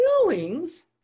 feelings